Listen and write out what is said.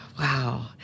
Wow